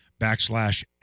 backslash